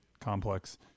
complex